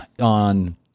on—